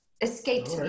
escaped